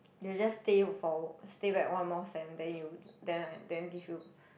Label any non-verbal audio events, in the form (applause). you will just stay for stay back one more sem then you then (noise) then give you